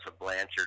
Blanchard